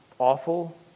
Awful